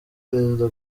perezida